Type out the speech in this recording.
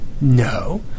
No